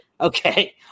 Okay